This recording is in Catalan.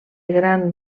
gran